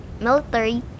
military